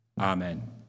Amen